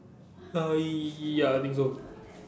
uh ya I think so